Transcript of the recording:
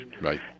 right